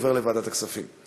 עובר לוועדת הכספים.